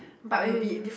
but uh